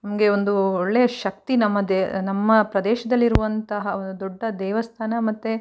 ನಮಗೆ ಒಂದು ಒಳ್ಳೆಯ ಶಕ್ತಿ ನಮ್ಮ ದೇ ನಮ್ಮ ಪ್ರದೇಶದಲ್ಲಿರುವಂತಹ ಒಂದು ದೊಡ್ಡ ದೇವಸ್ಥಾನ ಮತ್ತು